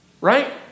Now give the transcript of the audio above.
right